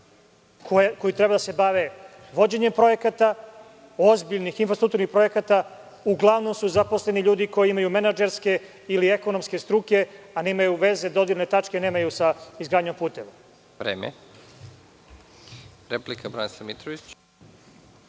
koji treba da se bave vođenjem projekta, ozbiljnih infrastrukturnih projekata uglavnom su zaposleni ljudi koji imaju menadžerske ili ekonomske struke, a nemaju dodirne tačke sa izgradnjom puteva?